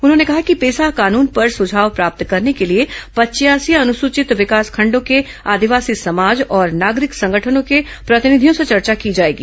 उन्होंने कहा कि पेसा कानून पर सुझाव प्राप्त करने के लिए पचयासी अनुसूचित विकासखंडों के आदिवासी समाज और नागरिक संगठनों के प्रतिनिधियों से चर्चा की जाएगी